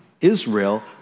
Israel